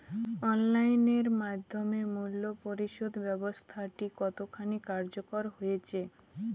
Online এর মাধ্যমে মূল্য পরিশোধ ব্যাবস্থাটি কতখানি কার্যকর হয়েচে?